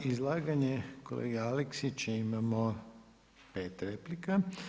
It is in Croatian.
Na izlaganje kolege Aleksića imamo 5 replika.